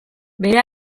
bere